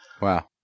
Wow